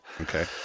Okay